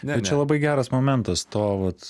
ne čia labai geras momentas to vat